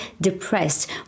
depressed